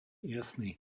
jasný